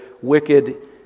wicked